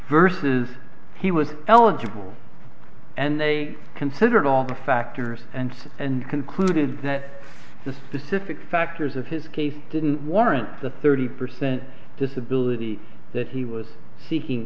vs he was eligible and they considered all the factors and said and concluded that the specific factors of his case didn't warrant the thirty percent disability that he was seeking